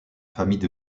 famille